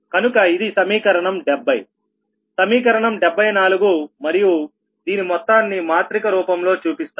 కనుక ఇది సమీకరణం 70 సమీకరణం 74 మరియు దీని మొత్తాన్ని మాత్రిక రూపంలో చూపిస్తారు